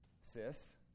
Sis